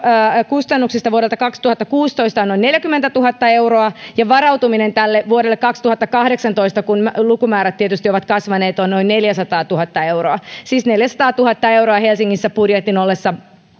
kustannuksista vuodelta kaksituhattakuusitoista on noin neljäkymmentätuhatta euroa ja varautuminen tälle vuodelle kaksituhattakahdeksantoista kun lukumäärät tietysti ovat kasvaneet on noin neljäsataatuhatta euroa siis neljäsataatuhatta euroa helsingissä budjetin ollessa